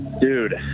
Dude